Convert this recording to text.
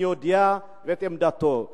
אני יודע את עמדתו.